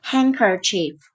Handkerchief